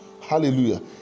hallelujah